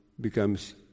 becomes